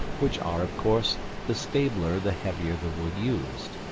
which are, of course, the stabler the heavier the wood used.